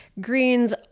greens